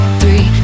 three